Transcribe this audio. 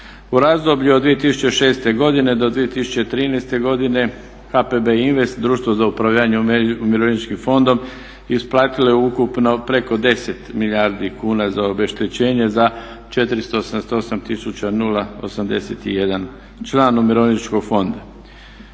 U razdoblju od 2006. godine do 2013. godine HPB Invest društvo za upravljanje Umirovljeničkim fondom isplatilo je ukupno preko 10 milijardi kuna za obeštećenje za 488081 član umirovljeničkog fonda.